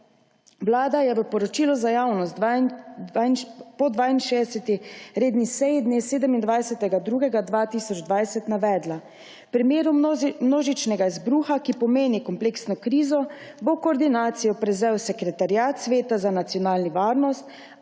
Vlada je v poročilu za javnost po 62. redni seji dne 27. 2. 2020 navedla: »V primeru množičnega izbruha, ki pomeni kompleksno krizo, bo koordinacijo prevzel Sekretariat Sveta za nacionalno varnost